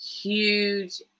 huge